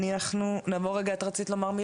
אני רוצה להגיד רק מילה.